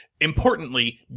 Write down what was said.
importantly